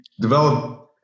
develop